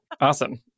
Awesome